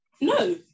No